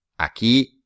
Aquí